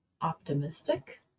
optimistic